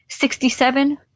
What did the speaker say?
Sixty-seven